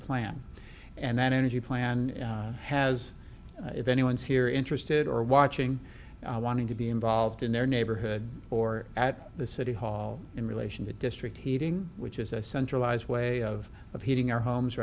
plan and that energy plan has if anyone is here interested or watching wanting to be involved in their neighborhood or at the city hall in relation to district heating which is a centralized way of of heating our homes